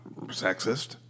sexist